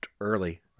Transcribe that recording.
early